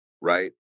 right